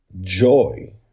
Joy